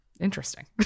Interesting